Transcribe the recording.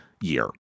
year